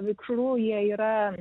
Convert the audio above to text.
vikšrų jie yra